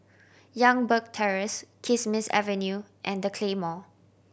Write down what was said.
Youngberg Terrace Kismis Avenue and The Claymore